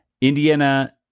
Indiana